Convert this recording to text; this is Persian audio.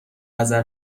نظر